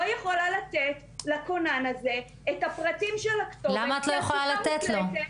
יכולה לתת לכונן הזה את הפרטים של הכתובת -- למה את לא יכולה לתת לו?